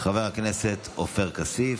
חבר הכנסת עופר כסיף.